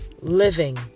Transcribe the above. living